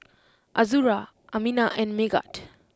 Azura Aminah and Megat